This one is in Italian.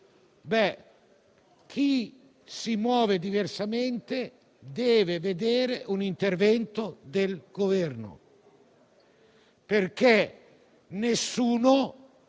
chi si muove diversamente deve vedere un intervento del Governo, perché nessuno